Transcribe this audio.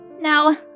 Now